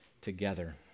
together